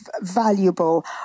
valuable